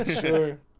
Sure